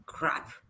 Crap